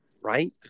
right